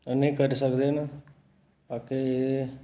करी सकदे न बाकी